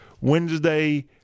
Wednesday